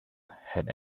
had